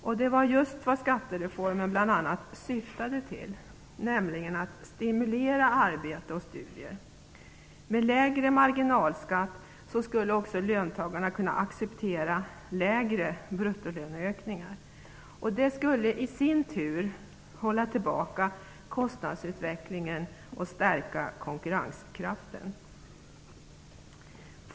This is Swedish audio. Och det var just det som skattereformen bl.a. syftade till, nämligen att stimulera arbete och studier. Med lägre marginalskatt skulle också löntagarna kunna acceptera lägre bruttolöneökningar. Det skulle i sin tur hålla tillbaka kostnadsutvecklingen och stärka konkurrenskraften.